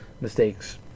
mistakes